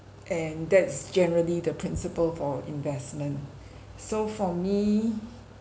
and that's generally the principle for investment so for me